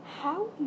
How